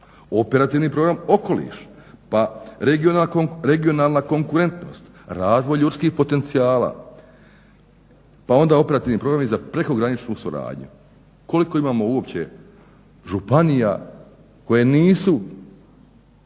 Operativni program okoliš, pa Regionalna konkurentnost, razvoj ljudskih potencijala, pa onda Operativni programi za prekograničnu suradnju. Koliko imamo uopće županija koje nisu